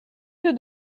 que